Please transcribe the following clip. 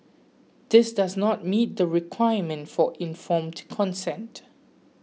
this does not meet the requirement for informed consent